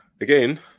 again